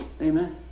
Amen